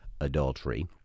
adultery